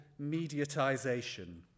mediatization